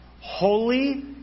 holy